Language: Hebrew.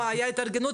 לא בהכרח.